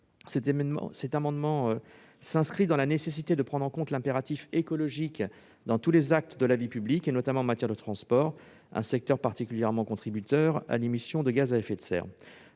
cet amendement, nous nous inscrivons dans la nécessité de prendre en compte l'impératif écologique dans tous les actes de la vie publique, notamment en matière de transports, secteur qui contribue particulièrement à l'émission de gaz à effet de serre.